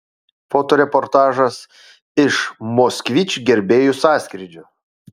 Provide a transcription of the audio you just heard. fotoreportažas iš moskvič gerbėjų sąskrydžio